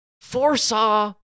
foresaw